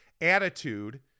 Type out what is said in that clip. attitude